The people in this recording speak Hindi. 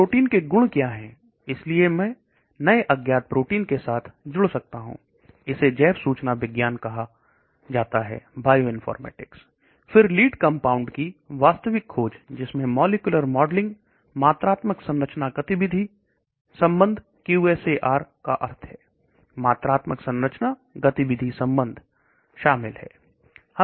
प्रोटीन के गुण क्या है इसलिए मैंने अज्ञात प्रोटीन के साथ जुड़ सकता हूं सिर्फ सूचना विज्ञान कहा जाता है फिर लीड कंपाउंड की वास्तविक खोज जिसमें मौलिक मॉलिक्यूलर मॉडलिंग मात्रात्मक संरचना गतिविधि संबंधQSAR का अर्थ है मात्रात्मक संरचना गतिविधि संबंध शामिल है